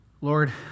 Lord